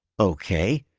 okay,